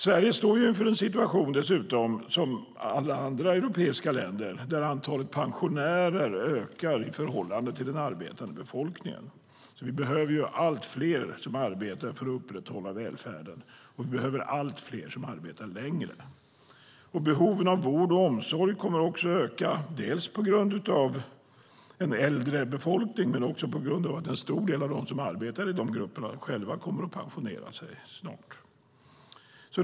Sverige står dessutom, som alla andra europeiska länder, inför en situation där antalet pensionärer ökar i förhållande till den arbetande befolkningen. Vi behöver allt fler som arbetar för att upprätthålla välfärden, och vi behöver allt fler som arbetar längre. Behoven av vård och omsorg kommer också att öka, dels på grund av en äldre befolkning, dels på grund av att en stor del av dem som arbetar i de grupperna själva kommer att pensionera sig snart.